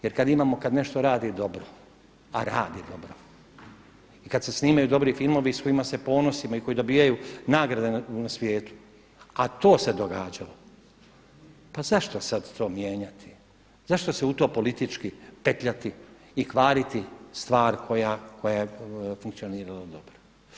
Jer kada imamo, kada nešto radi dobro a radi dobro i kada se snimaju dobri filmovi i s kojima se ponosimo i koji dobivaju nagrade na sviju a to se događalo, pa zašto sada to mijenjati, zašto se u to politički petljati i kvariti stvar koja je funkcionirala dobro?